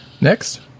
Next